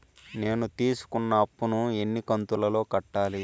నేను తీసుకున్న అప్పు ను ఎన్ని కంతులలో కట్టాలి?